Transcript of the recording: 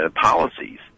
policies